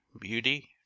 beauty